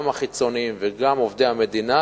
גם החיצוניים וגם עובדי המדינה,